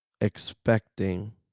expecting